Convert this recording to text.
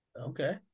okay